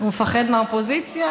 מפחד מהאופוזיציה.